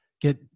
get